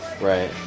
Right